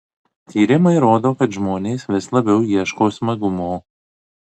tyrimai rodo kad žmonės vis labiau ieško smagumo